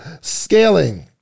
scaling